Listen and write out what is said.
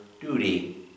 duty